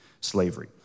slavery